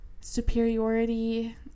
superiority